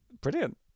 brilliant